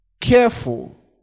Careful